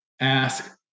Ask